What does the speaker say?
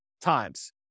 times